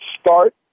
start